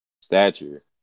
stature